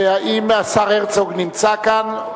והאם השר הרצוג נמצא כאן?